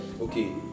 okay